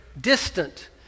distant